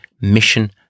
mission